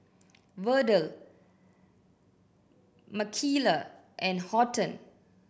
Verdell Michaela and Horton